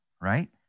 right